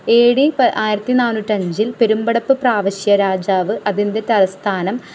A D ആയിരത്തി നാനൂറ്റി അഞ്ചിൽ പെരുമ്പടപ്പ് പ്രവിശ്യ രാജാവ് അതിൻ്റെ തലസ്ഥാനം